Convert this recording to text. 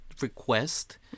request